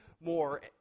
more